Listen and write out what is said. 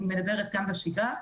גם בשגרה,